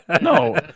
No